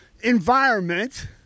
environment